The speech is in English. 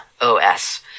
os